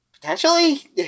potentially